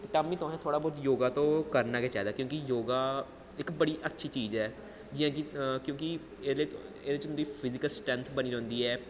ते तां बी तुसें थोह्ड़ा बौह्त योग करना गै चाहिदा क्योंकि योग इक बड़ी अच्छी चीज़ ऐ जियां कि क्योंकि एह्दे च एह्दे च तुं'दी फिजिकल स्ट्रैंथ बनी रौंह्दी ऐ